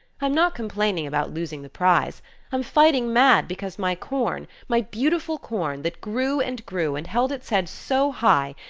i'm not complaining about losing the prize i'm fighting mad because my corn, my beautiful corn, that grew and grew, and held its head so high,